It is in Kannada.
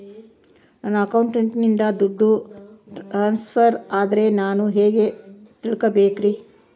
ನನ್ನ ಅಕೌಂಟಿಂದ ದುಡ್ಡು ಟ್ರಾನ್ಸ್ಫರ್ ಆದ್ರ ನಾನು ಹೆಂಗ ತಿಳಕಬೇಕು?